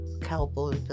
cowboy